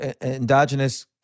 endogenous